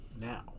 now